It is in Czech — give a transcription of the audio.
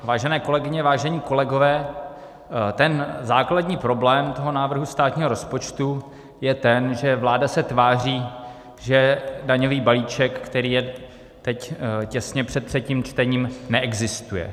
Vážené kolegyně, vážení kolegové, základní problém toho návrhu státního rozpočtu je ten, že vláda se tváří, že daňový balíček, který je teď těsně před třetím čtením, neexistuje.